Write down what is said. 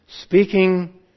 Speaking